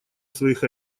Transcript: своих